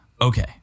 Okay